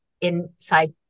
inside